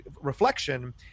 reflection